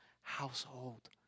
household